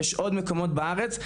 יש עוד מקומות בארץ,